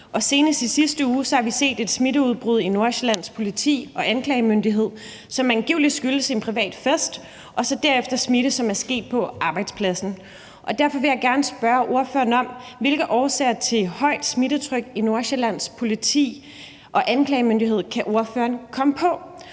har vi i sidste uge set et smitteudbrud i Nordsjællands politi og anklagemyndighed, som angiveligt skyldes en privat fest og så derefter smitte, som er sket på arbejdspladsen. Derfor vil jeg gerne spørge ordføreren om, hvilke årsager til et højt smittetryk i Nordsjællands politi og anklagemyndighed ordføreren kan komme på.